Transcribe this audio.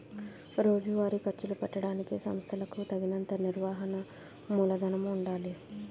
రోజువారీ ఖర్చులు పెట్టడానికి సంస్థలకులకు తగినంత నిర్వహణ మూలధనము ఉండాలి